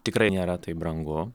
tikrai nėra taip brangu